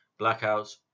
Blackouts